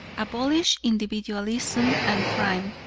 abolish individualism, and crime,